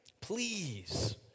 Please